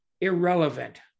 irrelevant